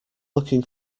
looking